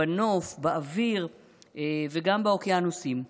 בנוף, באוויר וגם באוקיינוסים.